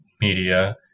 media